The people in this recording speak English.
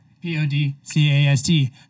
p-o-d-c-a-s-t